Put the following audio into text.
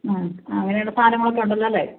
ആ അങ്ങനെ ഉള്ള സാധനങ്ങളൊക്കെ ഉണ്ടല്ലോ അല്ലെ